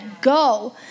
go